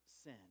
sin